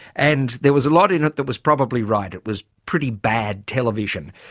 and there was a lot in it that was probably right. it was pretty bad television.